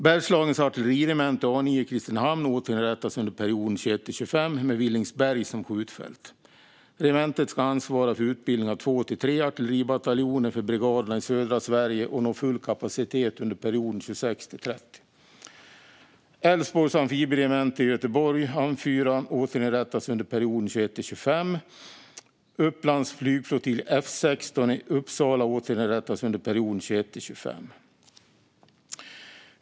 Bergslagens artilleriregemente A 9 i Kristinehamn återinrättas under perioden 2021-2025 med Villingsberg som skjutfält. Regementet ska ansvara för utbildning av två till tre artilleribataljoner för brigaderna i södra Sverige och nå full kapacitet under perioden 2026-2030. Älvsborgs amfibieregemente i Göteborg, Amf 4, återinrättas under perioden 2021-2025. Upplands flygflottilj F 16 i Uppsala återinrättas under perioden 2021-2025.